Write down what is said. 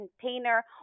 container